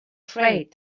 afraid